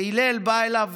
והלל, בא אליו